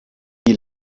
wie